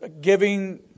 giving